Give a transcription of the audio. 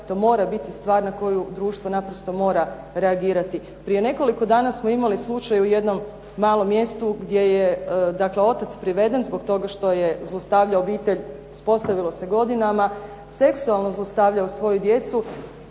To mora biti stvar na koju društvo naprosto mora reagirati. Prije nekoliko dana smo imali slučaj u jednom malom mjestu gdje je dakle otac priveden zbog toga što je zlostavljao obitelj, ispostavilo se godinama, seksualno zlostavljao svoju djecu.